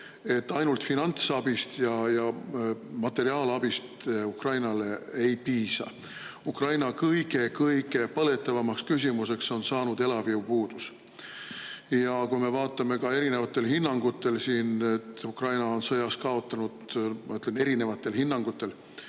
et ainult finantsabist ja materiaalabist Ukrainale ei piisa. Ukraina kõige-kõige põletavamaks küsimuseks on saanud elavjõu puudus. Ja kui me vaatame ka erinevatel hinnangutel siin, et Ukraina on sõjas kaotanud, ma ütlen, erinevatel hinnangutel